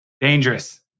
Dangerous